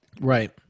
Right